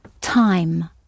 time